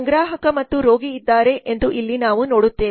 ಸಂಗ್ರಾಹಕ ಮತ್ತು ರೋಗಿಯಿದ್ದಾರೆ ಎಂದು ಇಲ್ಲಿ ನಾವು ನೋಡುತ್ತೇವೆ